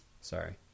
Sorry